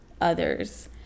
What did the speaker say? others